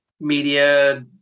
media